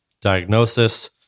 diagnosis